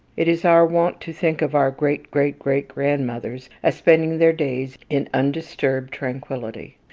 it is our wont to think of our great-great-great-grandmothers as spending their days in undisturbed tranquillity.